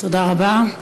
תודה רבה.